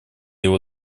его